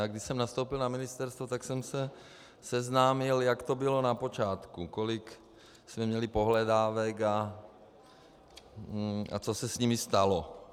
Když jsem nastoupil na ministerstvo, tak jsem se seznámil s tím, jak to bylo na počátku, kolik jsme měli pohledávek a co se s nimi stalo.